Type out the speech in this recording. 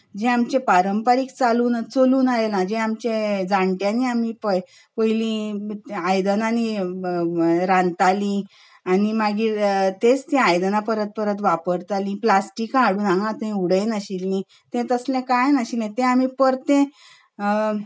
जें आमचें पारंपारीक चलून आयलां जें आमच्या जाणट्यांनी आनी पयलीं आयदनांनी रांदताली आनी मागीर तेच तेच आयदनां परत परत वापरतालीं प्लास्टिकां हाडून हांगा थंय उडयनाशिल्ली तें तसले काय नासलें तें आमी परतें